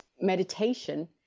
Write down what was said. Meditation